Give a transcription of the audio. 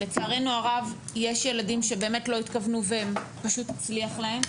לצערנו הרב יש ילדים שבאמת לא התכוונו ופשוט הצליח להם.